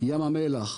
ים המלח,